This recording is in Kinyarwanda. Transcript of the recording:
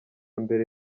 mbere